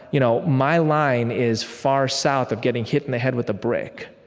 you know my line is far south of getting hit in the head with a brick,